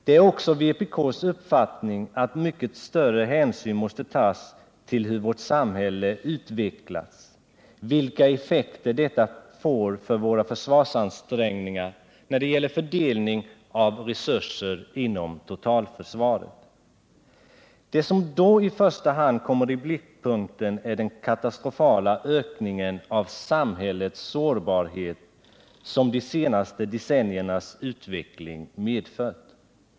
Det är också vpk:s uppfattning att mycket större hänsyn måste tas till hur vårt samhälle utvecklas, vilka effekter detta får för våra försvarsansträngningar när det gäller fördelning av resurser inom totalförsvaret. Det som då i första hand kommer i blickpunkten är den katastrofala ökningen av samhällets sårbarhet som de senaste decenniernas utveckling medfört.